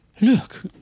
Look